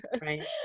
Right